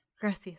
Gracias